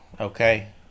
Okay